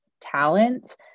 talent